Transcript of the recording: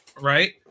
right